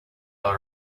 all